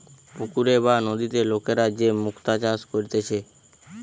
পুকুরে বা নদীতে লোকরা যে মুক্তা চাষ করতিছে